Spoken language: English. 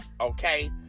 okay